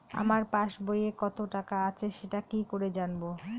আমার পাসবইয়ে কত টাকা আছে সেটা কি করে জানবো?